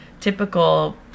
typical